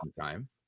time